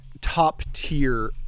top-tier